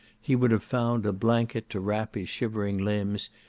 he would have found a blanket to wrap his shivering limbs,